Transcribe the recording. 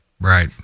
Right